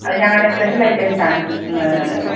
അത് ഞങ്ങളുടെ special items ആണ് ഇന്ന്